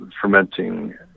fermenting